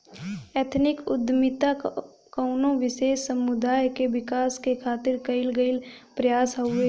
ethnic उद्दमिता कउनो विशेष समुदाय क विकास क खातिर कइल गइल प्रयास हउवे